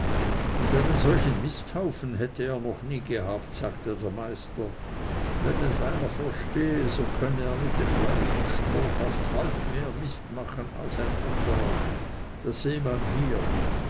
und einen solchen misthaufen hätte er noch nie gehabt sagte der meister wenn es einer verstehe so könne er mit dem gleichen stroh fast ds halb mehr mist machen als ein anderer das sehe man hier